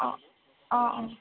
অ অ অ